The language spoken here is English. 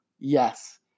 Yes